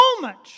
moment